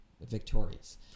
victorious